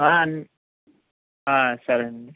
అన్ సరే అండి